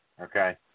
okay